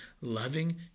loving